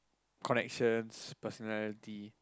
corrections personality